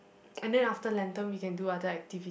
and then after lantern we can do other activi~